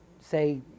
say